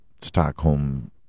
Stockholm